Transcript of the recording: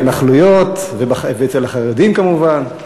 בהתנחלויות ואצל החרדים כמובן.